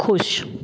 खुश